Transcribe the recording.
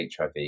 HIV